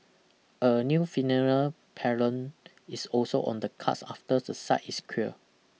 a new funeral parlour is also on the cards after the site is cleared